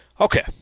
Okay